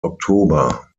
oktober